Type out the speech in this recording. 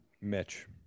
Mitch